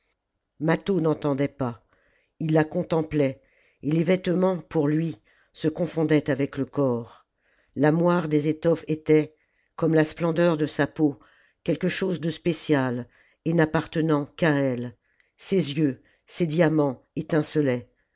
mâtho n'entendait pas il la contemplait et les vêtements pour lui se confondaient avec le corps la moire des étoffes était comme la splendeur de sa peau quelque chose de spécial et n'appartenant qu'à elle ses yeux ses diamants étincelaient